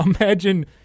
imagine